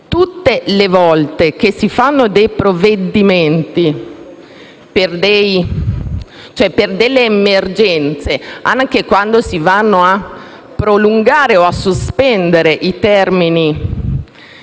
Tutte le volte che si fanno provvedimenti per delle emergenze, anche quando si vanno a prolungare o a sospendere i termini